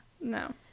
No